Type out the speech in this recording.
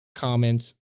comments